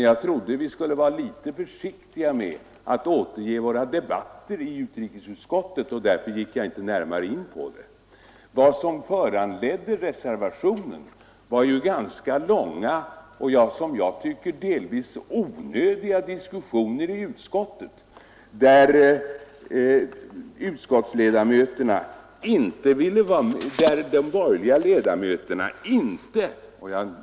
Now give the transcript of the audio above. Jag trodde vi skulle vara litet försiktiga med att återge våra debatter i utrikesutskottet, och därför gick jag inte närmare in på detta. Det gjorde inför kränkningar av mänskliga rättigheter Vad som föranledde det särskilda yttrandet var ju ganska långa och som jag tycker delvis onödiga diskussioner i utskottet.